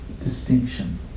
distinction